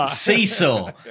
Seesaw